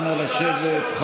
נא לשבת.